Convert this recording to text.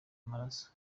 amaraso